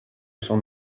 son